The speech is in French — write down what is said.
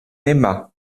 aima